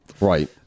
Right